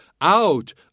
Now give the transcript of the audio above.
out